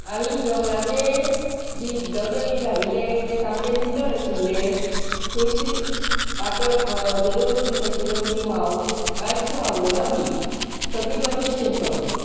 आनी जेवणाचे जी डबे बी धाडिल्ले ते सामके नितळ आशिल्ले खंयच पातळ रोस बीन आशिल्लो ती व्हांवूं बी कांयच व्हांवलो ना बी सगळे बरें भशेन पावलें